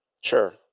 Sure